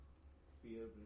Peer